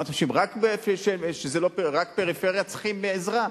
מה אתם חושבים, רק בפריפריה צריכים עזרה?